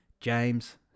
james